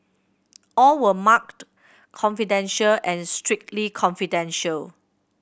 all were marked confidential and strictly confidential